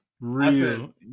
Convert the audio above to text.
real